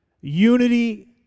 Unity